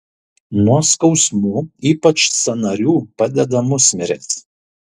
nuo skausmų ypač sąnarių padeda musmirės